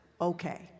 okay